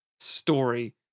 story